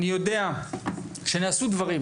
זה ידוע לי שנעשו דברים